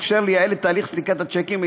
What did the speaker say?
אִפשר לייעל את תהליך סליקת השיקים,